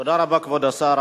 תודה רבה, כבוד השר.